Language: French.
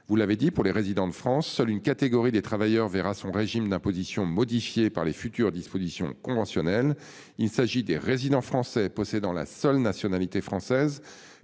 vous l'avez dit pour les résidents de France. Seule une catégorie des travailleurs verra son régime d'imposition modifié par les futures dispositions conventionnelles. Il s'agit des résidents français possédant la seule nationalité française